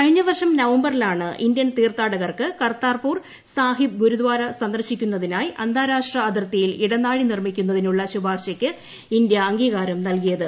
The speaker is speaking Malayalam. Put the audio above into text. കഴിഞ്ഞവർഷം നവംബറിലാണ് ഇന്ത്യൻ തീർത്ഥാടകർക്ക് കർത്താർപൂർ സാഹിബ് ഗുരുദാര സന്ദർശിക്കുന്നതിനായി അന്താരാഷ്ട്ര അതിർത്തിയിൽ ഇടനാഴി നിർമ്മിക്കുന്നതിനുള്ള ശുപാർശയ്ക്ക് ഇന്ത്യ അംഗീകാരം നൽകിയത്